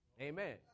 Amen